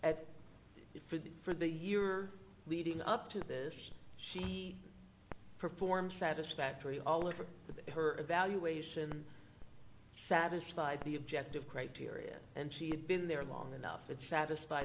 as for that for the year leading up to this she performed satisfactory all over with her evaluation satisfied the objective criteria and she had been there long enough it satisf